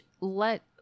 let